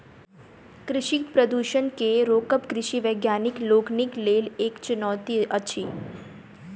कृषि प्रदूषण के रोकब कृषि वैज्ञानिक लोकनिक लेल एक चुनौती अछि